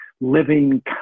living